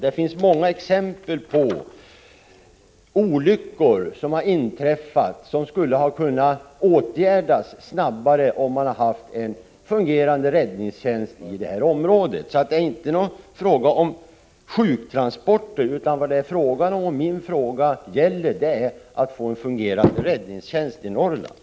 Det finns många exempel på olyckor som skulle ha kunnat åtgärdas snabbare om man hade haft en fungerande räddningstjänst i detta område. — Prot. 1985/86:33 Det är alltså inte fråga om sjuktransporter, utan det är fråga om att få en 21 november 1985